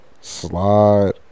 Slide